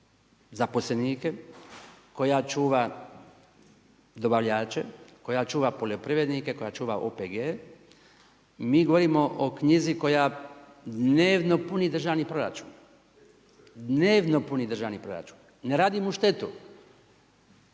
zaposlenike, koja čuva dobavljače, koja čuva poljoprivrednike, koja čuva OPG-e. Mi govorimo o knjizi koja dnevno puni državni proračun, dnevno puni državni proračun, ne radi mu štetu.